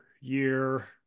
year